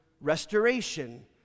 restoration